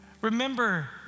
Remember